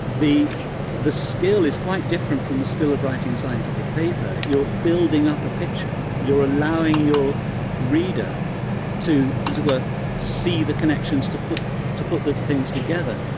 the the skill is quite different from the skill of writing a scientific paper. you're building up a picture you're allowing your reader to as it were, see the connections to put to put the things together.